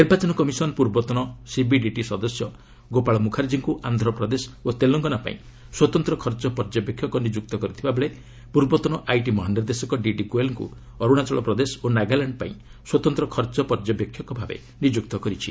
ନିର୍ବାଚନ କମିଶନ ପୂର୍ବତନ ସିବିଡିଟି ସଦସ୍ୟ ଗୋପାଳ ମୁଖାର୍ଜୀଙ୍କୁ ଆନ୍ଧ୍ରପ୍ରଦେଶ ଓ ତେଲଙ୍ଗାନା ପାଇଁ ସ୍ୱତନ୍ତ୍ର ଖର୍ଚ୍ଚ ପର୍ଯ୍ୟବେକ୍ଷକ ନିଯୁକ୍ତ କରିଥିବା ବେଳେ ପୂର୍ବତନ ଆଇଟି ମହାନିର୍ଦ୍ଦେଶକ ଡିଡି ଗୋଏଲ୍ଙ୍କୁ ଅରୁଣାଚଳପ୍ରଦେଶ ଓ ନାଗାଲାଣ୍ଡ ପାଇଁ ସ୍ୱତନ୍ତ୍ର ଖର୍ଚ୍ଚ ପର୍ଯ୍ୟବେକ୍ଷକ ଭାବେ ନିଯୁକ୍ତ କରିଛି